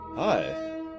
Hi